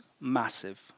massive